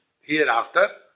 hereafter